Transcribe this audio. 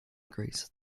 agrees